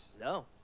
No